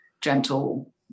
gentle